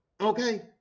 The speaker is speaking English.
Okay